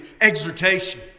exhortation